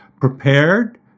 Prepared